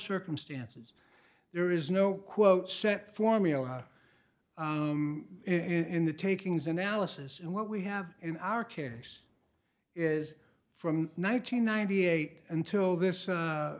circumstances there is no quote set formula in the takings analysis and what we have in our case is from nine hundred ninety eight until this